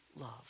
love